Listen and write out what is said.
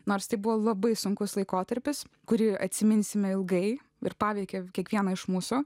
nors tai buvo labai sunkus laikotarpis kurį atsiminsime ilgai ir paveikė kiekvieną iš mūsų